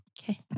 Okay